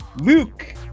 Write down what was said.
Luke